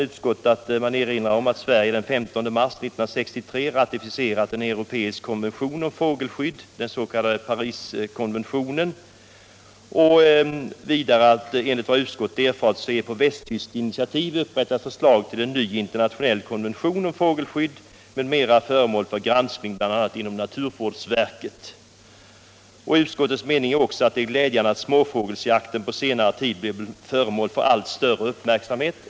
Utskottet erinrar sedan om att ”Sverige den 15 mars 1963 ratificerat en europeisk konvention om fågelskydd, den s.k. Pariskonventionen”. Några rader längre fram sägs det: ”Enligt vad utskottet erfarit är ett på västtyskt initiativ upprättat förslag till en ny internationell konvention om fågelskydd m.m. föremål för granskning bl.a. inom naturvårdsverket.” Så tillägger utskottet att det enligt dess mening är ”glädjande att småfågelsjakten på senare tid blivit föremål för allt större uppmärksamhet”.